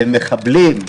למחבלים,